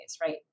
right